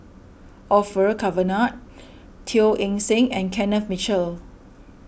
Orfeur Cavenagh Teo Eng Seng and Kenneth Mitchell